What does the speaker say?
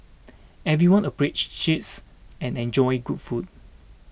everyone appreciates and enjoys good food